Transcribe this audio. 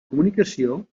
comunicació